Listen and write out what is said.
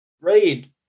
read